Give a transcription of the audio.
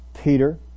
Peter